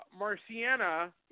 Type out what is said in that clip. Marciana